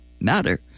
matter